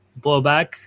blowback